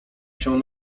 się